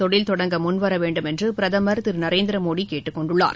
தொழில் தொடங்க முன்வர வேண்டும் என்று பிரதமர் திரு நரேந்திர மோடி கேட்டுக்கொண்டுள்ளார்